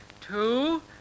two